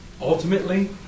Ultimately